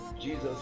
jesus